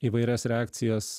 įvairias reakcijas